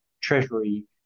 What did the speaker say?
treasury